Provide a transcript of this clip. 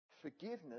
Forgiveness